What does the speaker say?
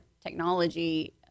technology